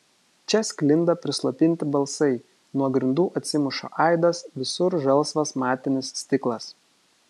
čia sklinda prislopinti balsai nuo grindų atsimuša aidas visur žalsvas matinis stiklas